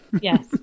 Yes